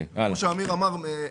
כפי שאמיר אמר,